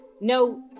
no